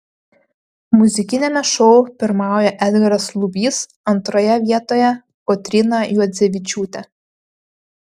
muzikiniame šou pirmauja edgaras lubys antroje vietoje kotryna juodzevičiūtė